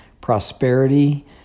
prosperity